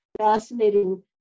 fascinating